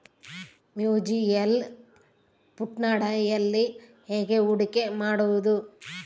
Mutual ಫುಣ್ಡ್ನಲ್ಲಿ ಹೇಗೆ ಹೂಡಿಕೆ ಮಾಡುವುದು?